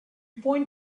point